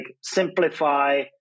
simplify